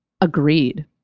Agreed